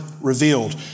revealed